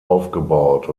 aufgebaut